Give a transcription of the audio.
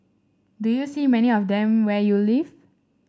do you see many of them where you live